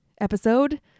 episode